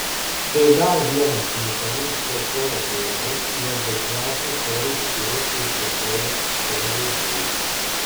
tai dar vienas unikalus šio choro bruožas nes dažniausiai chorus kuria ir plėtoja chorvedžiai